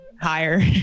higher